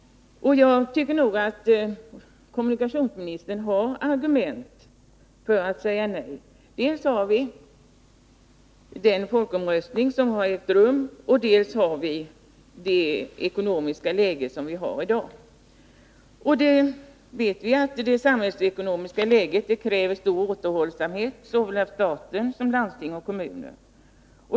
Jag tycker nog att kommunikationsministern har argument för att säga nej — dels den folkomröstning som har ägt rum, dels det ekonomiska läge som vi har i dag. Vi vet att det samhällsekonomiska läget kräver stor återhållsamhet av såväl staten som landsting och kommuner.